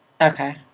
Okay